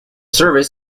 service